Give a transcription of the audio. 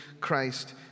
Christ